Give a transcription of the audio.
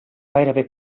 gairebé